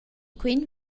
quen